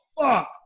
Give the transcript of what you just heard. fuck